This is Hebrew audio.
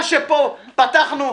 מה שפה, פתחנו.